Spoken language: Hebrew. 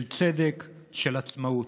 של צדק, של עצמאות.